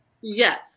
Yes